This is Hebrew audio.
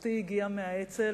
משפחתי הגיעה מהאצ"ל,